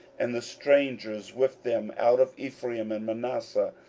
and the strangers with them out of ephraim and manasseh,